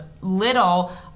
little